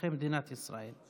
אזרחי מדינת ישראל.